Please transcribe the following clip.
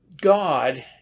God